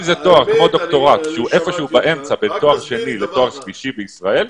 אם זה תואר כמו דוקטורט שהוא באמצע בין תואר שני לתואר שלישי בישראל,